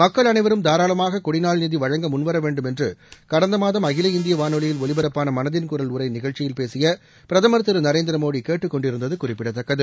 மக்கள் அனைவரும் தாராளமாக கொடி நாள் நிதி வழங்க முன்வரவேண்டும் என்று கடந்த மாதம் அகில இந்திய வானொலியில் ஒலிபரப்பான மனதின் குரல் உரை நிகழ்ச்சியில் பேசிய பிரதமர் திரு நரேந்திரமோடி கேட்டுக்கொண்டிருந்தது குறிப்பிடத்தக்கது